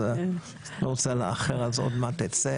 אז אני לא רוצה לאחר אני כבר אצא,